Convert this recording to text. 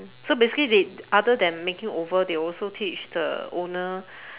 so basically they other than making over they also teach the owner